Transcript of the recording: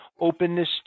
openness